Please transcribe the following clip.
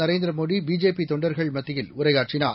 Narendra Modi BJP தொண்டர்கள் மத்தியில் உரையாற்றினார்